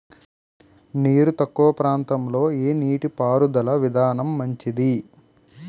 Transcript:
నీరు తక్కువ ప్రాంతంలో ఏ నీటిపారుదల విధానం మంచిది?